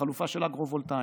החלופה של האגרו-וולטאים,